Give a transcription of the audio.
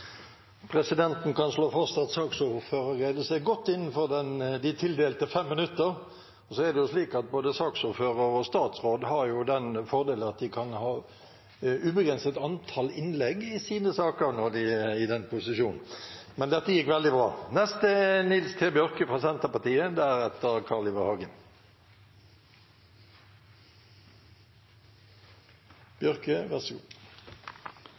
Presidenten kan slå fast at saksordføreren greide seg godt innenfor de tildelte 5 minuttene. Og det er slik at både saksordfører og statsråd har den fordel at de kan ha et ubegrenset antall innlegg i sine saker når de er i den posisjonen, men dette gikk veldig bra. Helseføretakslova fortel kva sjukehusa er